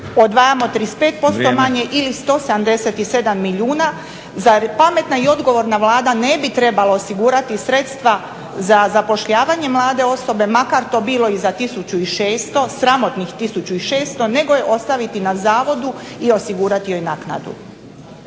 odvajamo 35% manje ili 177 milijuna. Zar pametna i odgovorna Vlada ne bi trebala osigurati sredstva za zapošljavanje mlade osobe makar to bilo i za 1600, sramotnih 1600 nego je ostaviti na zavodu i osigurati joj naknadu.